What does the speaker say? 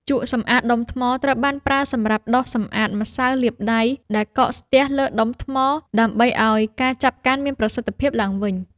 ជក់សម្អាតដុំថ្ម ត្រូវបានប្រើសម្រាប់ដុសសម្អាតម្សៅលាបដៃ ដែលកកស្ទះលើដុំថ្ម ដើម្បីឱ្យការចាប់កាន់មានប្រសិទ្ធភាពឡើងវិញ។